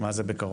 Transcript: מה זה בקרוב?